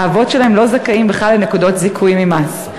האבות שלהם לא זכאים בכלל לנקודות זיכוי ממס.